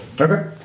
Okay